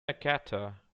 nakata